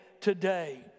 today